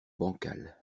bancal